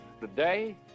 Today